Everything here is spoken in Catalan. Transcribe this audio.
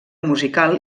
musical